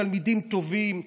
תלמידים טובים,